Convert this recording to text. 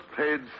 paid